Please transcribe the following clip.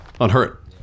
Unhurt